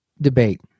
debate